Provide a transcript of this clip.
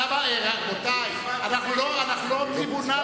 רבותי, אנחנו לא טריבונל